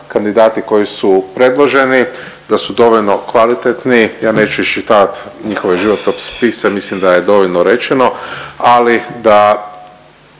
kandidati koji su predloženi da su dovoljno kvalitetni, ja neću iščitavat njihove životopise mislim da je dovoljno rečeno, ali da